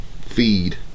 feed